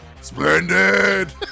Splendid